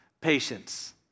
patience